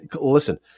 listen